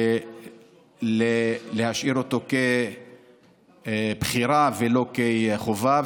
ולהשאיר אותו כבחירה ולא כחובה.